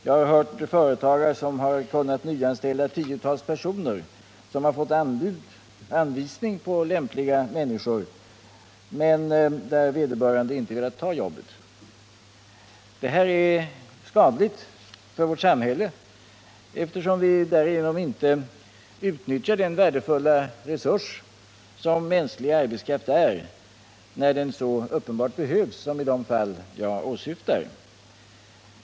Jag har hört företagare som har kunnat nyanställa tiotals personer och som har fått anvisning på lämpliga människor, men vederbörande har inte velat ta jobbet. Detta är skadligt för vårt samhälle, eftersom vi härigenom inte utnyttjar den värdefulla resurs som mänsklig arbetskraft är, när den så uppenbart behövs som i det fall jag åsyftar.